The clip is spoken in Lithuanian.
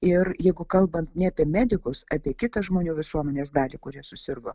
ir jeigu kalbant ne apie medikus apie kitą žmonių visuomenės dalį kurie susirgo